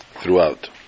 throughout